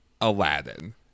aladdin